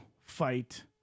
fight